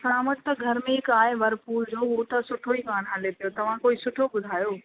असां वटि त घर में हिकु आहे व्हर्लपूल जो उहो त सुठो ई कान हले पियो तव्हां कोई सुठो ॿुधायो